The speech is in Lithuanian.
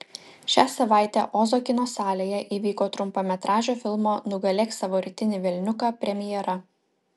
šią savaitę ozo kino salėje įvyko trumpametražio filmo nugalėk savo rytinį velniuką premjera